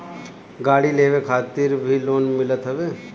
गाड़ी लेवे खातिर भी लोन मिलत हवे